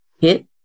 hit